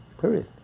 Period